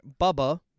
Bubba